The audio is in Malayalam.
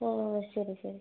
ഓ ഓ ഓ ശരി ശരി